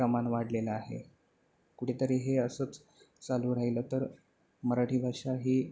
प्रमाण वाढलेलं आहे कुठेतरी हे असंच चालू राहिलं तर मराठी भाषा ही